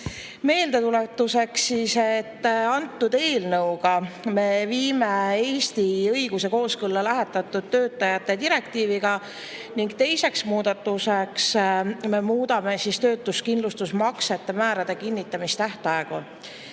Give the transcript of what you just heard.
Meeldetuletuseks, et selle eelnõuga me viime Eesti õiguse kooskõlla lähetatud töötajate direktiiviga. Teiseks muudame töötuskindlustusmaksete määrade kinnitamistähtaegu.